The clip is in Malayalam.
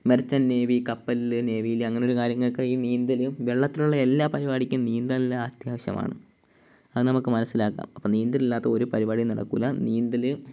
മെർച്ചൻ്റ് നേവി കപ്പലില് നേവിയില് അങ്ങനെയുള്ള കര്യങ്ങള്ക്ക് ഈ നീന്തല് വെള്ളത്തിലുള്ള എല്ലാ പരിപാടിക്കും നീന്തൽ അത്യാവശ്യമാണ് അത് നമുക്ക് മനസ്സിലാക്കാം അപ്പോള് നീന്തൽ ഇല്ലാത്ത ഒരു പരിപാടിയും നടക്കില്ല നീന്തല്